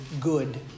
good